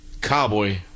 Cowboy